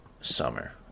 summer